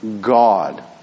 God